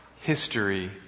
history